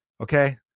okay